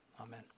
Amen